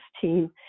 team